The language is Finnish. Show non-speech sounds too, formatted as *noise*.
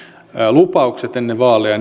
lupaukset ennen vaaleja *unintelligible*